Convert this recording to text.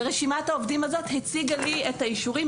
ורשימת העובדים הזאת הציגה לי את האישורים,